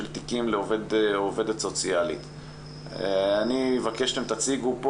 תיקים לעובד או עובדת סוציאלית.אני אבקש שתציגו פה,